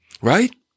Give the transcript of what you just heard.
Right